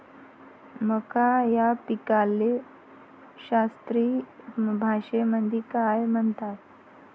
मका या पिकाले शास्त्रीय भाषेमंदी काय म्हणतात?